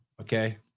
Okay